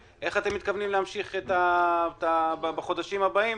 איך אתם מתכוונים להמשיך את התמיכה בחודשים הבאים.